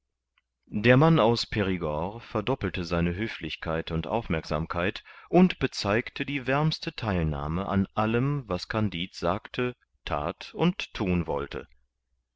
der mann aus perigord verdoppelte seine höflichkeit und aufmerksamkeit und bezeigte die wärmste theilnahme an allem was kandid sagte that und thun wollte